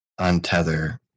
untether